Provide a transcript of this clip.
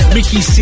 Mickey